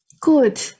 Good